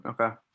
Okay